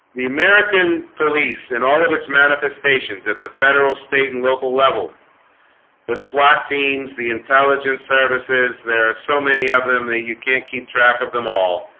the american police in all of its manifestations at the federal state and local level the swat teams the intelligence services there are so many of them that you can't keep track of them all